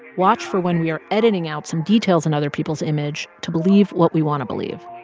watch for when we are editing out some details in other people's image to believe what we want to believe.